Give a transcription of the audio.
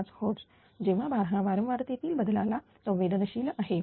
0235 hertz जेव्हा भार हा वारंवार तेतील बदलाला संवेदनशील आहे